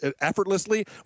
effortlessly